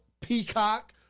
Peacock